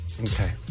Okay